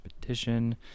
petition